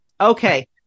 Okay